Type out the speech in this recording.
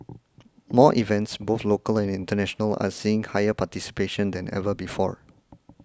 more events both local and international are seeing higher participation than ever before